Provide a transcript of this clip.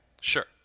Sure